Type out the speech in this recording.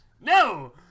No